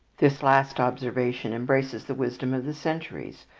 this last observation embraces the wisdom of the centuries.